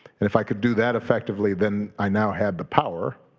and if i could do that effectively, then i now had the power,